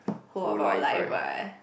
whole of our life what